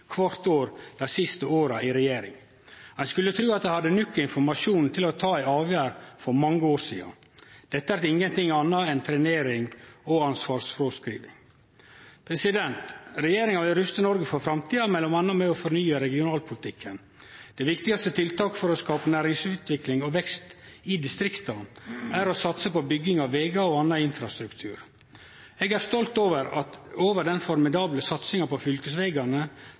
kvart år dei siste åra i regjering. Ein skulle tru at dei hadde nok informasjon til å ta ei avgjerd for mange år sidan. Dette er ingenting anna enn trenering og ansvarsfråskriving. Regjeringa vil ruste Noreg for framtida m.a. ved å fornye regionalpolitikken. Det viktigaste tiltaket for å skape næringsutvikling og vekst i distrikta er å satse på bygging av vegar og anna infrastruktur. Eg er stolt over den formidable satsinga på fylkesvegane